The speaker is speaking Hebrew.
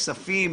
בכספים,